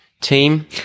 Team